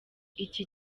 iki